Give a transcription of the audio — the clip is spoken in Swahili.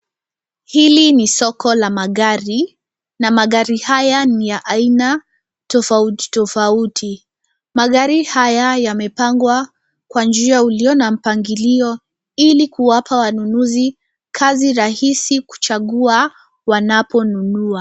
Hili ni soko la magari, na magari haya ni ya aina tofauti tofauti. Magari haya yamepangwa kwa njia ulio na mpangilio ili kuwapa wanunuzi kazi rahisi kuchagua wanaponunua.